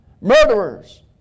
Murderers